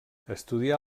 estudià